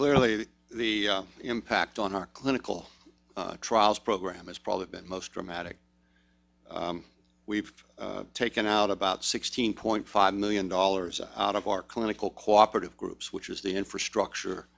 clearly the impact on our clinical trials program is probably the most dramatic we've taken out about sixteen point five million dollars out of our clinical cooperative groups which is the infrastructure